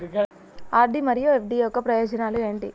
RD మరియు FD యొక్క ప్రయోజనాలు ఏంటి?